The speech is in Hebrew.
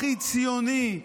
הכי ציוני,